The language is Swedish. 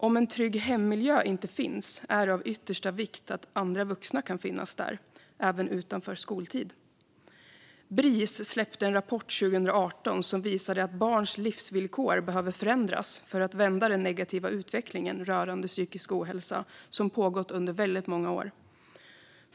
Om en trygg hemmiljö inte finns är det av yttersta vikt att andra vuxna kan finnas där, även utanför skoltid. Bris släppte en rapport 2018 som visade att barns livsvillkor behöver förändras för att vända den negativa utveckling rörande psykisk ohälsa som pågått under väldigt många år.